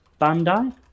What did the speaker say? Bandai